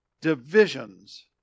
Divisions